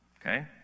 Okay